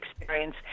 experience